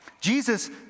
Jesus